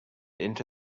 into